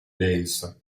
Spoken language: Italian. densa